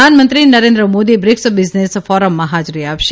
પ્રધાનમંત્રી Modi BRICS business ફોરમમાં હાજરી આપશે